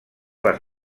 les